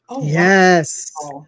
Yes